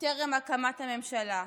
טרם הקמת הממשלה,